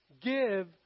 give